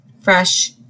fresh